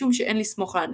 משום שאין לסמוך על הנס.